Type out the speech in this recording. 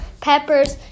peppers